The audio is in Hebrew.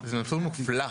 זה מסלול מופלא.